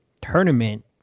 tournament